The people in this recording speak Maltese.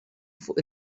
fuq